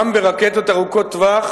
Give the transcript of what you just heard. גם ברקטות ארוכות-טווח